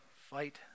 fight